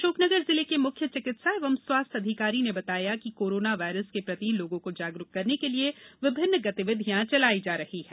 अशोकनगर जिले के मुख्य चिकित्सा एवं स्वास्थ्य अधिकारी ने बताया कि कोरोना वायरस के प्रति लोगों को जागरुक करने के लिए विभिन्न गतिविधियां चलाई जा रही हैं